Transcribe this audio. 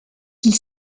qu’il